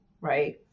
right